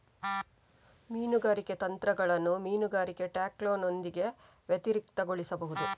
ಮೀನುಗಾರಿಕೆ ತಂತ್ರಗಳನ್ನು ಮೀನುಗಾರಿಕೆ ಟ್ಯಾಕ್ಲೋನೊಂದಿಗೆ ವ್ಯತಿರಿಕ್ತಗೊಳಿಸಬಹುದು